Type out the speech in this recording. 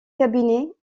cabinet